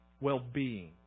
well-being